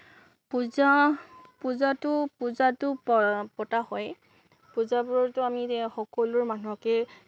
পূজা পূজাটো পূজাটো প পতা হয়েই পূজাবোৰতো আমি সকলোঁ মানুহকে